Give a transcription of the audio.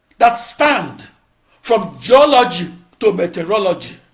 that spanned from geology to meteorology,